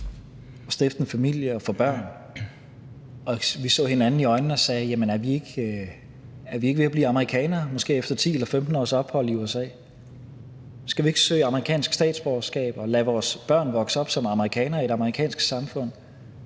og måske efter 10 eller 15 års ophold i USA så hinanden i øjnene og sagde: Jamen er vi ikke ved at blive amerikanere, skal vi ikke søge amerikansk statsborgerskab og lade vores børn vokse op som amerikanere i et amerikansk samfund?